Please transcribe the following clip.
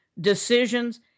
decisions